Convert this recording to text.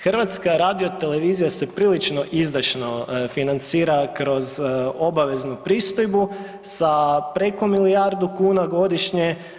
Hrvatska radiotelevizija se prilično izdašno financira kroz obaveznu pristojbu sa preko milijardu kuna godišnje.